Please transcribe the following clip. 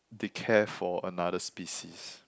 they care for another species